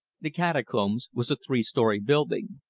the catacombs was a three-story building.